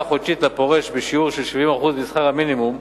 חודשית לפורש בשיעור של 70% משכר המינימום,